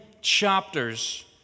chapters